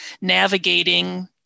navigating